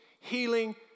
healing